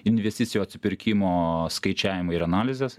investicijų atsipirkimo skaičiavimai ir analizės